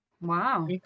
Wow